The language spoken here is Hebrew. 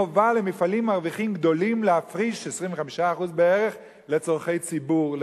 חובה למפעלים מרוויחים גדולים להפריש 25% בערך לצורכי ציבור.